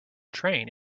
train